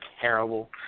terrible